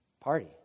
Party